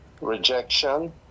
rejection